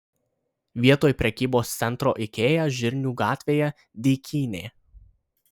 vietoj prekybos centro ikea žirnių gatvėje dykynė